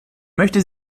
möchte